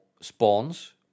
spawns